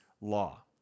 law